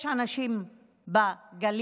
יש אנשים בגליל,